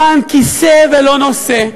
למען כיסא ולא נושא,